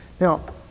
Now